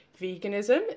veganism